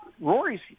Rory's